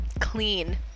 clean